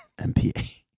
MPA